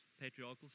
patriarchal